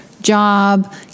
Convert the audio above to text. job